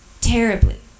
terribly